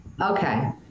Okay